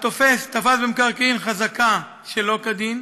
התופס תפס במקרקעין חזקה שלא כדין,